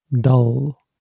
dull